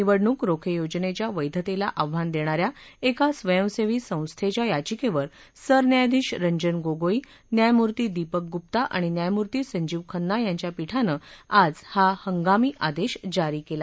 निवडणूक रोखे योजनेच्या वेधतेला आव्हान देणाऱ्या एका स्वयंसेवी संस्थेच्या याचिकेवर सरन्यायाधीश रंजन गोगोई न्यायमूर्ती दीपक गुप्ता आणि न्यायमूर्ती संजीव खन्ना यांच्या पीठानं आज हा हंगामी आदेश जारी केला